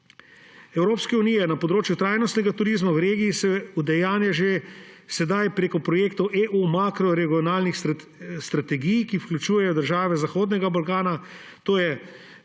Evropske unije na področju trajnostnega turizma v regiji se udejanja že sedaj preko projektov makroregionalnih strategij EU, ki vključujejo države Zahodnega Balkana, to je